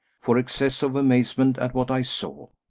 for excess of amazement at what i saw!